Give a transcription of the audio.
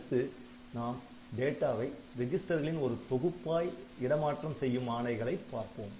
அடுத்து நாம் டேட்டாவை ரெஜிஸ்டர்களின் ஒரு தொகுப்பாய் இட மாற்றம் செய்யும் ஆணைகளைப் பார்ப்போம்